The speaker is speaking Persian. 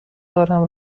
دارم